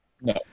No